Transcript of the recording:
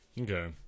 Okay